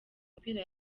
mupira